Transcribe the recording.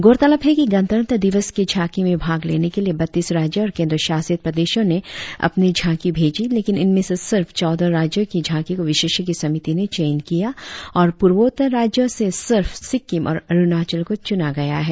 गौरतलब है कि गणतंत्र दिवस के झांकी में भाग लेने के लिए बत्तीस राज्यों और केंद्र शासित प्रदेशों ने अपने झांकी भेजी लेकिन इनमें से सिर्फ चौदह राज्यों के झांकी को विशेषज्ञ समिति ने चयन किया और पूर्वोत्तर राज्यों से सिर्फ सिक्कीम और अरुणाचल को चुना गया है